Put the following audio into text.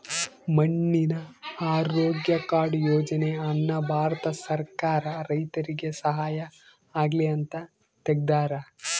ಮಣ್ಣಿನ ಆರೋಗ್ಯ ಕಾರ್ಡ್ ಯೋಜನೆ ಅನ್ನ ಭಾರತ ಸರ್ಕಾರ ರೈತರಿಗೆ ಸಹಾಯ ಆಗ್ಲಿ ಅಂತ ತೆಗ್ದಾರ